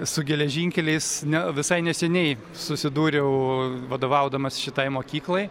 su geležinkeliais ne visai neseniai susidūriau vadovaudamas šitai mokyklai